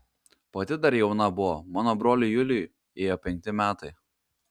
pati dar jauna buvo mano broliui juliui ėjo penkti metai